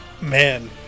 Man